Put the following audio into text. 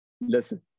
listen